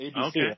Okay